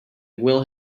will